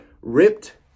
ripped